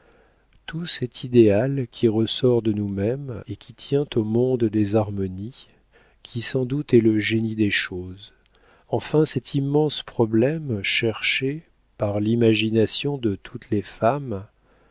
tout cet idéal qui ressort de nous-mêmes et qui tient au monde des harmonies qui sans doute est le génie des choses enfin cet immense problème cherché par l'imagination de toutes les femmes